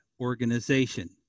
organization